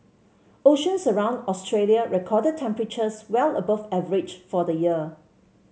oceans around Australia recorded temperatures well above average for the year